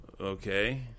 okay